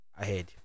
ahead